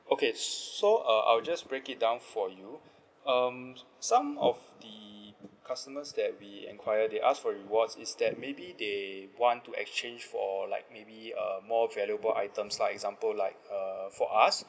okay so uh I'll just break it down for you um some of the customers that we enquiry they ask for rewards is that maybe they want to exchange for like maybe uh more valuable items lah example like uh for us